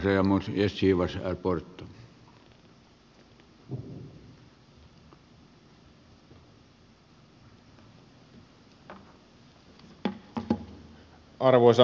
arvoisa herra puhemies